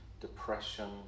depression